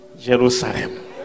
Jerusalem